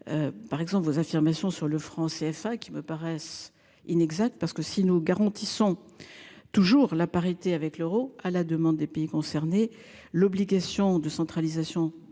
Par exemple vos affirmations sur le franc CFA qui me paraissent inexactes parce que si nous garantissons. Toujours la parité avec l'euro, à la demande des pays concernés l'obligation de centralisation des